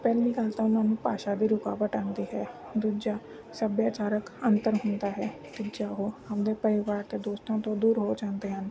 ਪਹਿਲੀ ਗੱਲ ਤਾਂ ਉਹਨਾਂ ਨੂੰ ਭਾਸ਼ਾ ਦੀ ਰੁਕਾਵਟ ਆਉਂਦੀ ਹੈ ਦੂਜਾ ਸੱਭਿਆਚਾਰਕ ਅੰਤਰ ਹੁੰਦਾ ਹੈ ਤੀਜਾ ਉਹ ਹਮਦੇ ਪਰਿਵਾਰ ਅਤੇ ਦੋਸਤਾਂ ਤੋਂ ਦੂਰ ਹੋ ਜਾਂਦੇ ਹਨ